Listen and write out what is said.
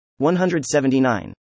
179